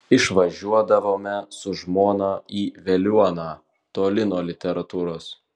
išvažiuodavome su žmona į veliuoną toli nuo literatūros